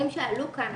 אלה דברים שעלו כאן,